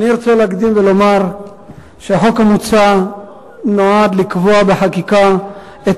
אני ארצה להקדים ולומר שהחוק המוצע נועד לקבוע בחקיקה את